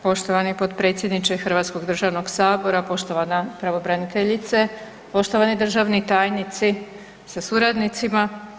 Poštovani potpredsjedniče Hrvatskog državnog sabora, poštovana pravobraniteljice, poštovani državni tajnici sa suradnicima.